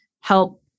help